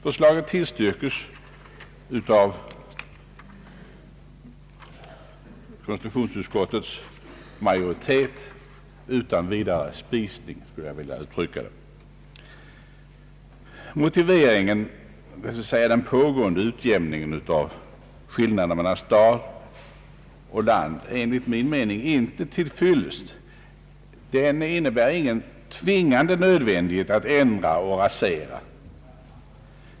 Förslaget tillstyrks utan vidare av konstitutionsutskottets majoritet. Motiveringen d.v.s. den pågående utjämningen av skillnaden mellan stad och land är enligt min mening inte till fyllest. Den innebär ingen tvingande nödvändighet att ändra och rasera.